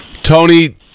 Tony